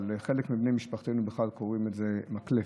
אבל חלק מבני משפחתנו בכלל קוראים את זה מקלף,